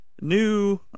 new